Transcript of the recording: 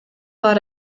бар